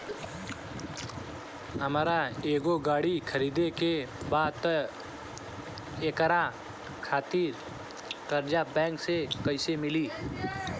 हमरा एगो गाड़ी खरीदे के बा त एकरा खातिर कर्जा बैंक से कईसे मिली?